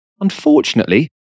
Unfortunately